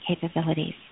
capabilities